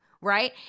right